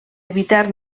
evitar